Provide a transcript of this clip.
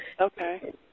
Okay